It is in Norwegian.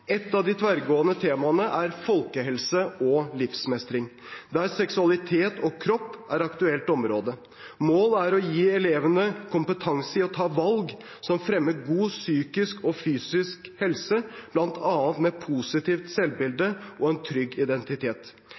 av de tverrgående temaene er Folkehelse og livsmestring, der seksualitet og kropp er et aktuelt område. Målet er å gi elevene kompetanse til å ta valg som fremmer god psykisk og fysisk helse, bl.a. med et positivt selvbilde og en trygg identitet.